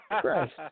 Christ